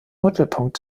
mittelpunkt